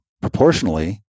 proportionally